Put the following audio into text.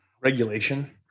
Regulation